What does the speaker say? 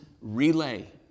relay